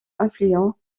affluent